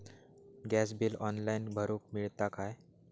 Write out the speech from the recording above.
Gas bill online भरुक मिळता काय?